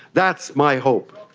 that's my hope.